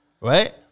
Right